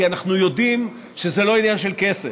כי אנחנו יודעים שזה לא עניין של כסף,